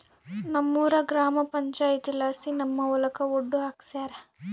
ನಮ್ಮೂರ ಗ್ರಾಮ ಪಂಚಾಯಿತಿಲಾಸಿ ನಮ್ಮ ಹೊಲಕ ಒಡ್ಡು ಹಾಕ್ಸ್ಯಾರ